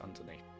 underneath